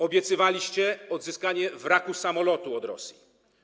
Obiecywaliście odzyskanie wraku samolotu od Rosji.